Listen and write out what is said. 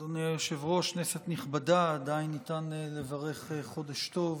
היושב-ראש, כנסת נכבדה, עדיין ניתן לברך חודש טוב